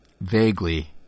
Vaguely